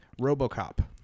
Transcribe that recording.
Robocop